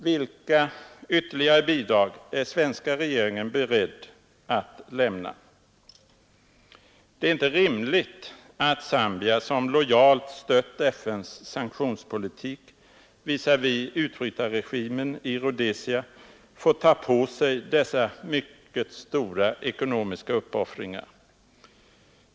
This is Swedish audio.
Vilka ytterligare bidrag är svenska regeringen beredd att lämna? Det är inte rimligt att Zambia, som lojalt stött FN:s sanktionspolitik visavi utbrytarregimen i Rhodesia, får ta på sig dessa mycket stora ekonomiska uppoffringar.